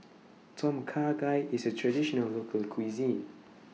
vTom Kha Gai IS A Traditional Local Cuisine